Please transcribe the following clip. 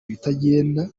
ibitagenda